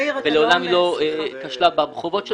היא מעולם לא כשלה בחובות שלה,